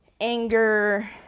anger